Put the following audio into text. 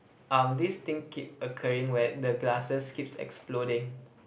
um this thing keep occurring where the glasses keeps exploding